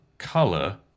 Color